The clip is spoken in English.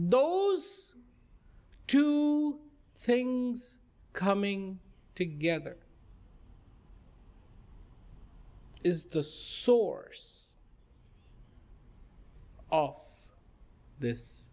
those two things coming together is the source of this